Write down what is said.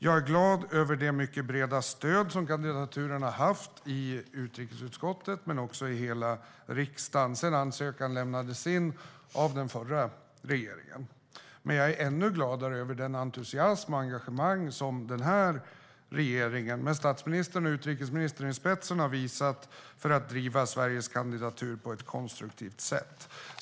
Jag är glad över det mycket breda stöd som kandidaturen har haft i utrikesutskottet men också i hela riksdagen sedan ansökan lämnades in av den förra regeringen. Men jag är ännu gladare över den entusiasm och det engagemang som den här regeringen, med statsministern och utrikesministern i spetsen, har visat för att driva Sveriges kandidatur på ett konstruktivt sätt.